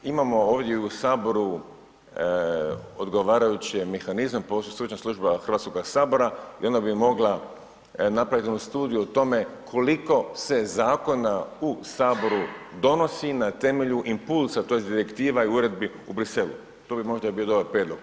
Pa imamo ovdje u Saboru odgovarajuće mehanizme, postoji stručna služba Hrvatskoga sabora i ona bi mogla napraviti jednu studiju o tome koliko se zakona u Saboru donosi na temelju impulsa, tj. direktiva i uredbi u Briselu, to bi možda bio dobar prijedlog.